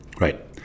right